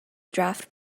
draft